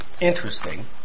interesting